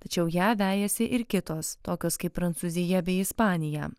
tačiau ją vejasi ir kitos tokios kaip prancūzija bei ispanija